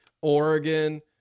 Oregon